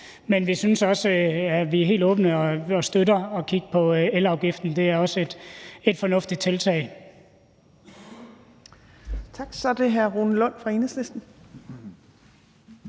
Men vi er også helt åbne og støtter, at vi kan kigge på elafgiften. Det er også et fornuftigt tiltag.